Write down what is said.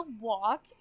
walk